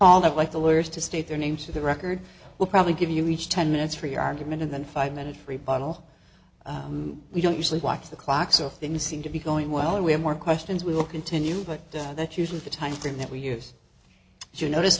of like the lawyers to state their names to the record will probably give you each ten minutes for your argument and then five minutes rebuttal we don't usually watch the clock so things seem to be going well and we have more questions we will continue but that's usually the time frame that we use to notice